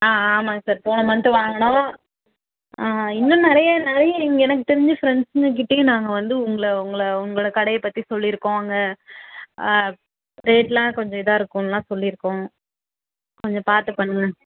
ஆ ஆமாங்க சார் போன மந்த்து வாங்கினோம் இன்னும் நிறைய நிறைய எனக்கு தெரிஞ்சு ஃப்ரெண்ட்ஸ்ங்கக்கிட்டேயும் நாங்கள் வந்து உங்களை உங்களை உங்களை கடையை பற்றி சொல்லியிருக்கோம் அங்கே ரேட்லாம் கொஞ்சம் இதாக இருக்கும்லாம் சொல்லியிருக்கோம் கொஞ்சம் பார்த்துப் பண்ணுங்கள்